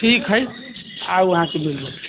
ठीक हइ आउ अहाँकेँ मिल जेतै